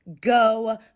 Go